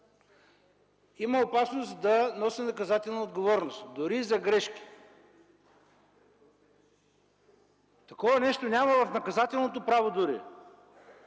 има опасност да носи наказателна отговорност, дори и за грешки. Такова нещо няма в наказателното право дори!